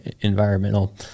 environmental